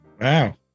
Wow